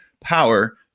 power